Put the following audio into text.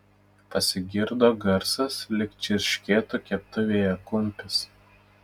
pasigirdo garsas lyg čirškėtų keptuvėje kumpis